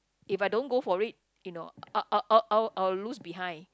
if I don't go for it you know I I I I I will lose behind